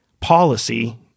policy